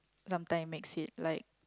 sometime makes it like